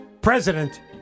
President